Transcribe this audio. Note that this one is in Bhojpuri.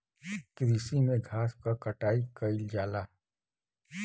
कृषि में घास क कटाई कइल जाला